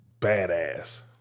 badass